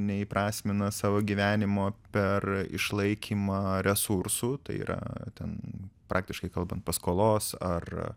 neįprasmina savo gyvenimo per išlaikymą resursų tai yra ten praktiškai kalbant paskolos ar